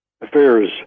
affairs